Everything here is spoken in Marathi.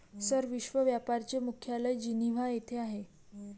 सर, विश्व व्यापार चे मुख्यालय जिनिव्हा येथे आहे